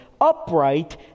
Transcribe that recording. upright